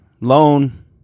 loan